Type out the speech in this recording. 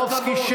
טופורובסקי.